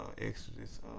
Exodus